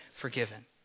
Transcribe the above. forgiven